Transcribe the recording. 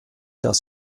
das